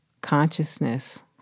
consciousness